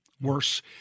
worse